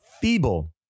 feeble